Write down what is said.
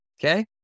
Okay